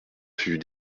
fut